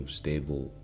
stable